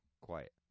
Quiet